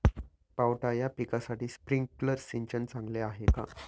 पावटा या पिकासाठी स्प्रिंकलर सिंचन चांगले आहे का?